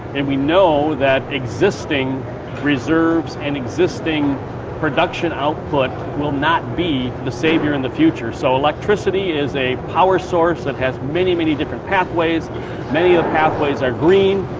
and we know that existing reserves and existing production output will not be the saviour in the future. so electricity is a power source that has many, many different pathways, many of the pathways are green,